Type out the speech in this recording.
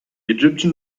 egyptian